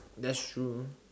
that's true